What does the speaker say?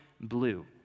blue